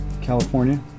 California